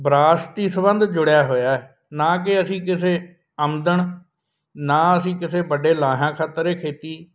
ਵਿਰਾਸਤੀ ਸੰਬੰਧ ਜੁੜਿਆ ਹੋਇਆ ਨਾ ਕਿ ਅਸੀਂ ਕਿਸੇ ਆਮਦਨ ਨਾ ਅਸੀਂ ਕਿਸੇ ਵੱਡੇ ਲਾਹਿਆ ਖਾਤਰ ਇਹ ਖੇਤੀ